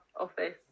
office